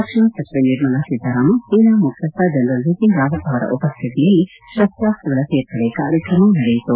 ರಕ್ಷಣಾ ಸಚಿವೆ ನಿರ್ಮಲಾ ಸೀತಾರಾಮನ್ ಸೇನಾ ಮುಖ್ಯಸ್ವ ಜನರಲ್ ಬಿಖಿನ್ ರಾವತ್ ಅವರ ಉಪಶ್ವಿತಿಯಲ್ಲಿ ಶಸ್ತಾಸ್ತಗಳ ಸೇರ್ಪಡೆ ಕಾರ್ಯಕ್ರಮ ನಡೆಯಿತು